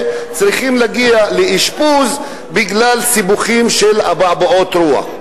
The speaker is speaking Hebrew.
צריכים להתאשפז בגלל סיבוכים של אבעבועות רוח.